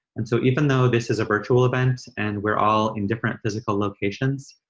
and so even though this is a virtual event and we're all in different physical locations,